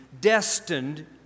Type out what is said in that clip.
destined